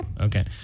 Okay